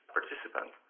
participant